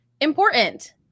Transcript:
important